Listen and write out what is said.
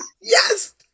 yes